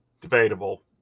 Debatable